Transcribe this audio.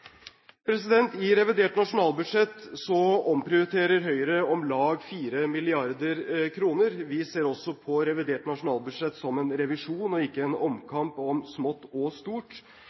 I revidert nasjonalbudsjett omprioriterer Høyre om lag 4 mrd. kr. Vi ser også på revidert nasjonalbudsjett som en revisjon og ikke som en omkamp om smått og stort.